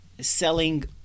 selling